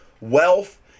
wealth